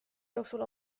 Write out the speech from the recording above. jooksul